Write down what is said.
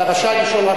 אתה רשאי לשאול,